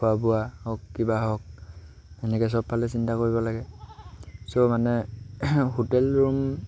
খোৱা বোৱা হওক কিবা হওক সেনেকৈ চবফালে চিন্তা কৰিব লাগে চ' মানে হোটেল ৰুম